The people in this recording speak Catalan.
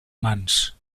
mans